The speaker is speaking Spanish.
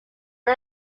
una